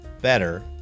better